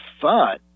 fun